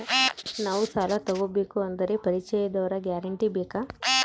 ನಾವು ಸಾಲ ತೋಗಬೇಕು ಅಂದರೆ ಪರಿಚಯದವರ ಗ್ಯಾರಂಟಿ ಬೇಕಾ?